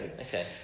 okay